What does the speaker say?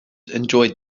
enjoyed